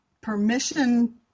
permission